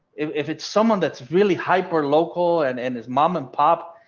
if it's someone that's really hyper local and and his mom and pop,